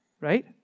Right